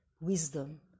wisdom